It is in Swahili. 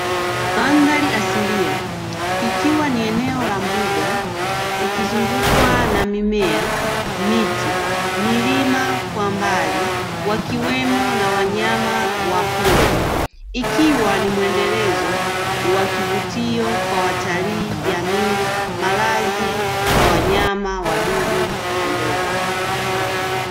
Mandhari asilia ikiwa ni eneo la mbuga likizungukwa na: mimea miti milima kwa mbali wakiwemo na wanyama wa pori, ikiwa ni mwendelezo wa kivutio kwa watalii, jamii, malazi kwa wanyama wadudu na ndege.